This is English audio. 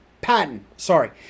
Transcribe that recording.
patent—sorry